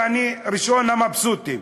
ואני ראשון המבסוטים.